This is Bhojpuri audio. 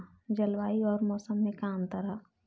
जलवायु अउर मौसम में का अंतर ह?